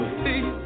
see